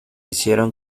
hicieron